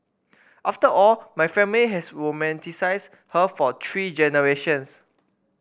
after all my family has romanticised her for three generations